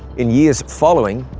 in years following,